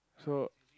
so